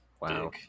Wow